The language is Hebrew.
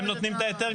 לא צריך משרד משפטים,